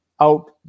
out